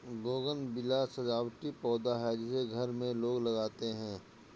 bougainvillea सजावटी पौधा है जिसे घर में लोग लगाते हैं